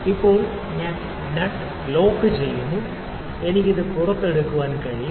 ഇപ്പോൾ ഞാൻ nut lock ചെയ്തു എനിക്ക് ഇത് പുറത്തെടുക്കാൻ കഴിയും